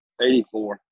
84